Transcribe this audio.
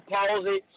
Palsy